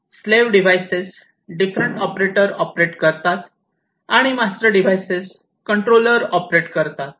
slave devices different operator operate करतात आणि master devices controller operate करतात